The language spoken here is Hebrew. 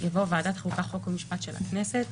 יבוא "ועדת החוקה, חוק ומשפט של הכנסת".